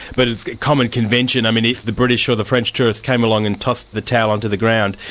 but it's common convention i mean if the british or the french tourist came along and tossed the towel onto the ground,